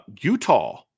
Utah